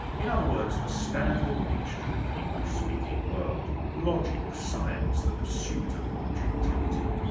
in other words, the standard mixture in the english-speaking world logic, science, the pursuit of objectivity.